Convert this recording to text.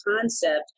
concept